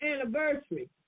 anniversary